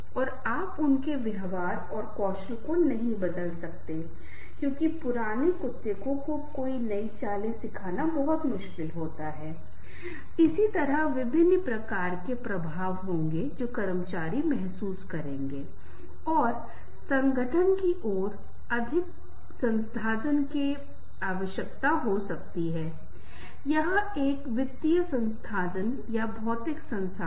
तब हम पहचान सकते हैं कि किस तरह से हम उसकी मदद कर सकते हैं और अगर ये आपसी जरूरतें पूरी हो जाती हैं तो रिश्ता आगे बढ़ेगा संबंध विकसित होंगे लेकिन अगर इन चरणों में से किसी एक में कुछ टूटने पर कुछ समस्या होने पर और कोई भी अधिक दिलचस्पी नहीं है नहीं सुन रहा है कोई नकारात्मकता नहीं है बातचीत हो रही है कोई आत्म प्रकटीकरण नहीं हो रहा है फिर काफी संभव है कि यह टूट जाए